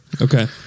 okay